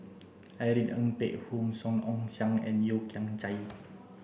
Irene Ng Phek Hoong Song Ong Siang and Yeo Kian Chai